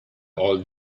old